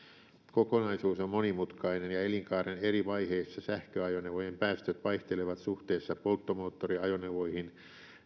kokonaisuus on monimutkainen ja elinkaaren eri vaiheissa sähköajoneuvojen päästöt vaihtelevat suhteessa polttomoottoriajoneuvoihin